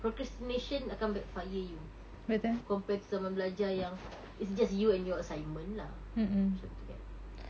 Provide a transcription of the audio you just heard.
procrastination akan backfire you compare to someone belajar yang it's just you and your assignment lah macam tu kan